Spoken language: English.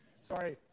Sorry